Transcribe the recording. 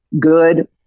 good